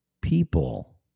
people